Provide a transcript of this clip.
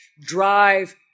drive